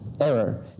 error